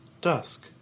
Dusk